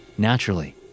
Naturally